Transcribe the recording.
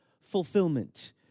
fulfillment